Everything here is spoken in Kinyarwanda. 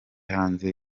hanze